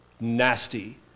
nasty